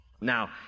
Now